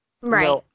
Right